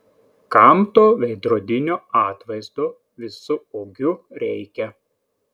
kam to veidrodinio atvaizdo visu ūgiu reikia